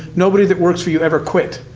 nobody that works for you ever quit.